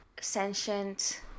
sentient